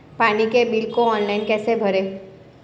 पानी के बिल को ऑनलाइन कैसे भरें?